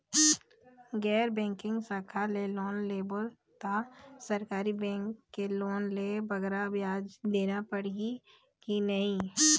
गैर बैंकिंग शाखा ले लोन लेबो ता सरकारी बैंक के लोन ले बगरा ब्याज देना पड़ही ही कि नहीं?